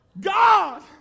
God